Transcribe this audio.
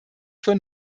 vor